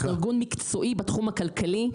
אנחנו ארגון מקצועי בתחום הכלכלי,